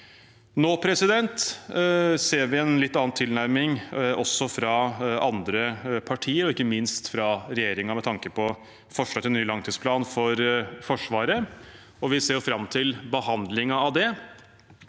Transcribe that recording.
Norge. Nå ser vi en litt annen tilnærming også fra andre partier, og ikke minst fra regjeringen, med tanke på forslag til ny langtidsplan for Forsvaret. Vi ser fram til behandlingen av den,